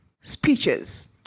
speeches